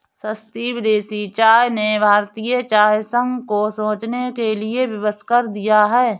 सस्ती विदेशी चाय ने भारतीय चाय संघ को सोचने के लिए विवश कर दिया है